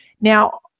Now